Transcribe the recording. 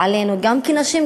גם כנשים,